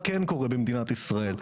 מה שכן קורה במדינת ישראל,